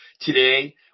today